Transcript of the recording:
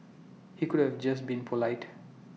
he could have just been polite